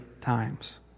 times